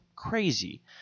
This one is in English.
crazy